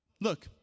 Look